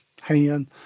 hand